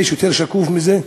יש יותר שקוף מזה?